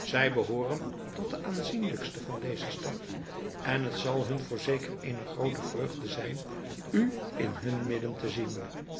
zij behooren tot de aanzienlijksten van deze stad en het zal hun voorzeker eene groote vreugde zijn u in hun midden te zien